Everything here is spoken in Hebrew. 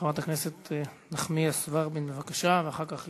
חברת הכנסת נחמיאס ורבין, בבקשה.